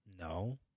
No